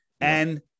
And-